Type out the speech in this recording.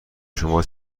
شما